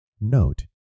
Note